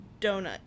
donut